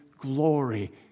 glory